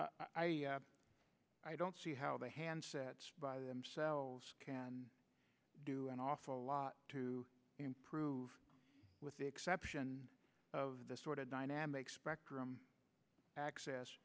i don't see how the handsets by themselves can do an awful lot to improve with the exception of this sort of dynamic spectrum access